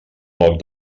poc